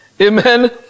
Amen